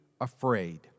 afraid